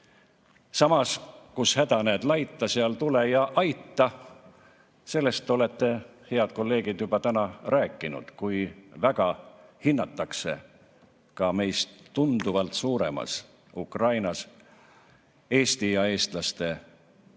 Samas, kus häda näed laita, seal tule ja aita – sellest olete, head kolleegid, juba täna rääkinud, kui väga hinnatakse ka meist tunduvalt suuremas Ukrainas Eesti ja eestlaste